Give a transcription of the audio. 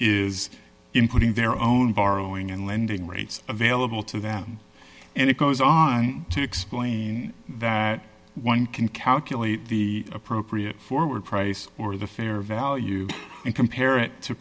is including their own borrowing and lending rates available to them and it goes on to explain that one can calculate the appropriate forward price for the fair value and compare it to